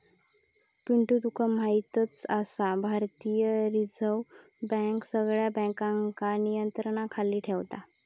पिंटू तुका म्हायतच आसा, भारतीय रिझर्व बँक सगळ्या बँकांका नियंत्रणाखाली ठेवता